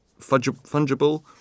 fungible